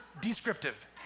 descriptive